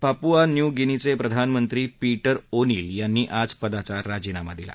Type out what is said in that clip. Papua New गिनीचे प्रधानमंत्री Peter O'Neill यांनी आज पदाचा राजीनामा दिला